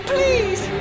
Please